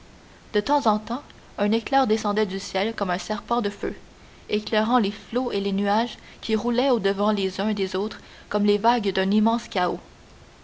de temps en temps un éclair descendait du ciel comme un serpent de feu éclairant les flots et les nuages qui roulaient au-devant les uns des autres comme les vagues d'un immense chaos